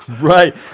Right